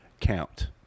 count